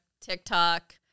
TikTok